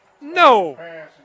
No